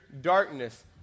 darkness